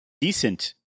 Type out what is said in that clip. decent